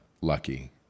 lucky